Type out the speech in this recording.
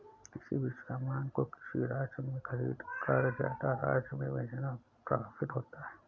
किसी भी सामान को किसी राशि में खरीदकर ज्यादा राशि में बेचना प्रॉफिट होता है